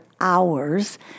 hours